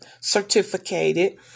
certificated